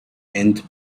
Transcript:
and